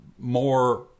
more